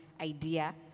idea